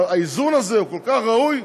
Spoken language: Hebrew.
האיזון הזה הוא כל כך ראוי,